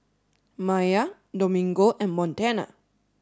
Maiya Domingo and Montana